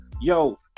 Yo